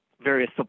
various